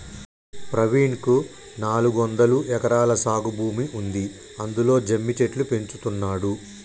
ప్రవీణ్ కు నాలుగొందలు ఎకరాల సాగు భూమి ఉంది అందులో జమ్మి చెట్లు పెంచుతున్నాడు